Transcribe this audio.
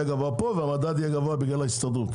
גבוה פה והמדד יהיה גבוה בגלל ההסתדרות.